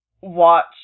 watch